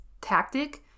tactic